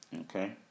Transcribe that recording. Okay